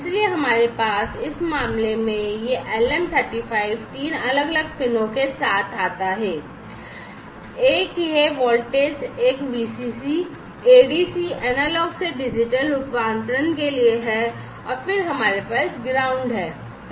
इसलिए हमारे पास इस मामले में यह एलएम 35 तीन अलग अलग पिनों के साथ आता है एक यह वोल्टेज एक VCC है ADC एनालॉग से डिजिटल रूपांतरण के लिए है और फिर हमारे पास ग्राउंड है